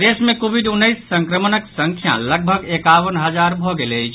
प्रदेश मे कोविड उन्नैस संक्रमणक संख्या लगभग एकावन हजार भऽ गेल अछि